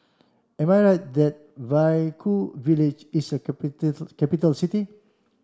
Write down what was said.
am I right that Vaiaku village is a capital city